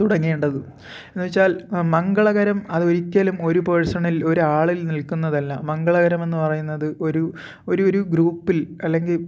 തുടങ്ങേണ്ടത് എന്ന് വച്ചാൽ മംഗളകരം അതൊരിക്കലും ഒരു പേഴ്സണൽ ഒരാളിൽ നിൽക്കുന്നതല്ല മംഗളകരമെന്ന് പറയുന്നത് ഒരു ഒരു ഒരു ഗ്രൂപ്പിൽ അല്ലെങ്കിൽ